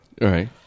Right